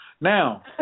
Now